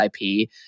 IP